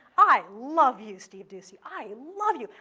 i love you, steve doocy, i love you.